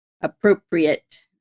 appropriate